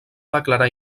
declarar